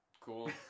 Cool